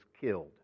killed